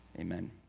amen